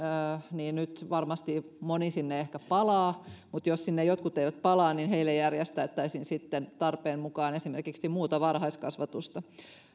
nyt varmasti moni sinne ehkä palaa mutta jos sinne jotkut eivät palaa järjestettäisiin sitten tarpeen mukaan esimerkiksi muuta varhaiskasvatusta